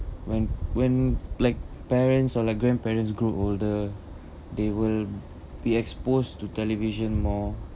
when when bla~ like parents or like grandparents grow older they will be exposed to television more